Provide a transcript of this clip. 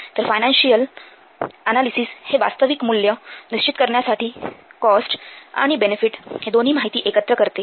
तर financial analysis हे वास्तविक मूल्य निश्चित करण्यासाठी कॉस्ट आणि बेनेफिट ही दोन्ही माहिती एकत्र करते